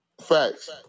Facts